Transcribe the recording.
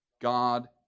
God